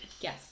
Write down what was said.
Yes